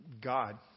God